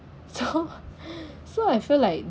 so so I feel like